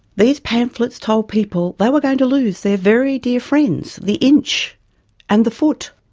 these pamphlets told people they were going to lose their very dear friends the inch and the foot.